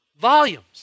volumes